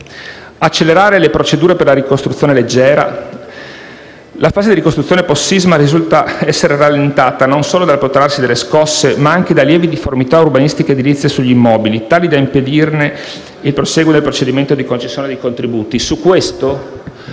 accelerare le procedure per la ricostruzione leggera. La fase di ricostruzione post-sisma risulta essere rallentata non solo dal protrarsi delle scosse, ma anche da lievi difformità urbanistiche ed edilizie sugli immobili tali da impedire il prosieguo del procedimento di concessione dei contributi. Su questo